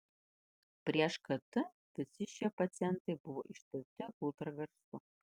prieš kt visi šie pacientai buvo ištirti ultragarsu